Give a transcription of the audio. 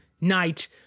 night